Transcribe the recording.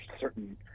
certain